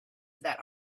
that